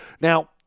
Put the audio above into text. Now